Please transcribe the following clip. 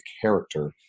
character